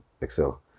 excel